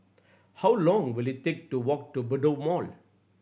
how long will it take to walk to Bedok Mall